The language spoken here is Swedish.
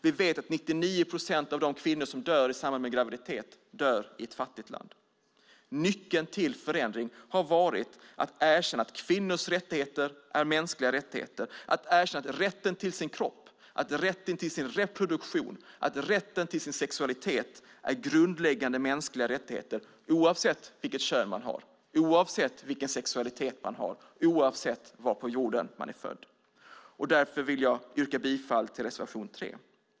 Vi vet att 99 procent av de kvinnor som dör i samband med graviditet dör i ett fattigt land. Nyckeln till förändring har varit att erkänna att kvinnors rättigheter är mänskliga rättigheter, att erkänna att rätten till sin kropp, rätten till sin reproduktion och rätten till sin sexualitet är grundläggande mänskliga rättigheter oavsett vilket kön man har, oavsett vilken sexualitet man har och oavsett var på jorden man är född. Därför vill jag yrka bifall till reservation 3.